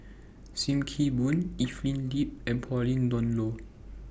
SIM Kee Boon Evelyn Lip and Pauline Dawn Loh